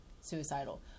suicidal